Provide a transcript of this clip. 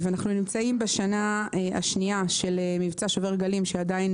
אנחנו נמצאים בשנה השנייה של מבצע שובר גלים שעדיין